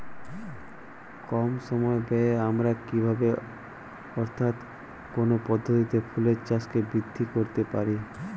কম সময় ব্যায়ে আমরা কি ভাবে অর্থাৎ কোন পদ্ধতিতে ফুলের চাষকে বৃদ্ধি করতে পারি?